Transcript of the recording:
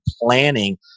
planning